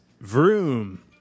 Vroom